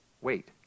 Wait